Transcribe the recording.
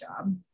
job